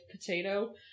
potato